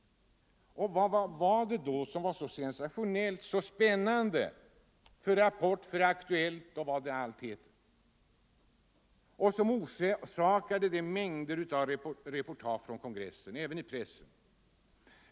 Vad var det då som var så sensationellt och spännande för Rapport, för Aktuellt och allt vad det heter och som orsakade mängder av reportage från kongressen, även i pressen?